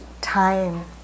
time